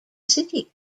city